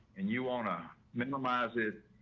and you ah wanna minimize it,